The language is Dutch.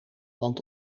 want